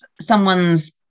someone's